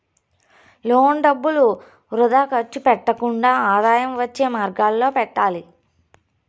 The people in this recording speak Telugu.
లోన్ డబ్బులు వృథా ఖర్చు పెట్టకుండా ఆదాయం వచ్చే మార్గాలలో పెట్టాలి